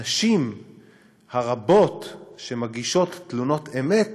הנשים הרבות שמגישות תלונות אמת